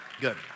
good